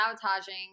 sabotaging